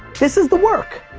this is the work.